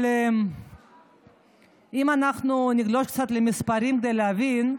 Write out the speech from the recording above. אבל אם אנחנו נגלוש קצת למספרים כדי להבין,